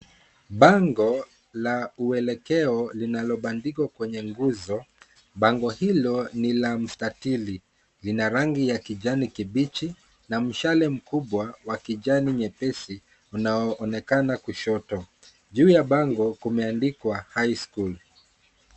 Bango la uelekeo linalobandikwa kwenye nguzo. Bango hilo ni la mstatili lina rangi ya kijani kibchi na mshale mkubwa wa kijani nyepesi unaonekana kushoto. Juu ya bango kumeandikwa highschool .